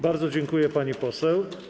Bardzo dziękuję, pani poseł.